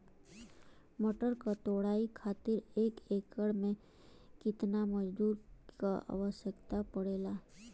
मटर क तोड़ाई खातीर एक एकड़ में कितना मजदूर क आवश्यकता पड़ेला?